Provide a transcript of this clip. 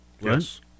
Yes